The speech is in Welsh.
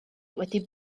wedi